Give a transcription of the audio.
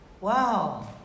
Wow